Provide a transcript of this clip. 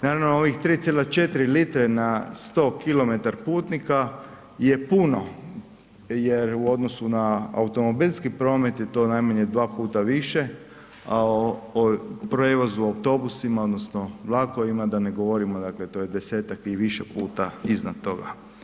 Naravno ovih 3,4 litre na 100 kilometar putnika je puno jer u odnosu na automobilski promet je to najmanje 2 puta više, a o prijevozu autobusima odnosno vlakovima da ne govorimo dakle to je 10-tak i više puta iznad toga.